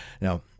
now